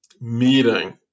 meeting